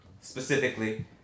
specifically